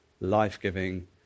life-giving